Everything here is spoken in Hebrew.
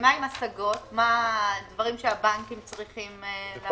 ומה עם הסגות, דברים שהבנקים צריכים לעשות?